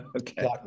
Okay